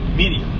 media